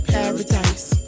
Paradise